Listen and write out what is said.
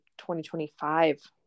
2025